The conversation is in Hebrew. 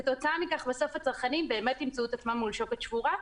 כתוצאה מכך בסוף הצרכנים באמת ימצאו את עצמם מול שוקת שבורה,